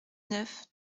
neuf